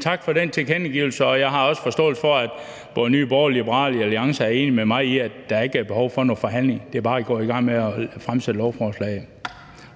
tak for den tilkendegivelse. Og jeg har også forståelse for, at både Nye Borgerlige og Liberal Alliance er enige med mig i, at der ikke er behov for nogen forhandling; at det bare er med at gå i gang med at fremsætte lovforslaget.